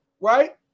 right